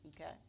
Okay